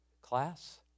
class